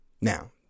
now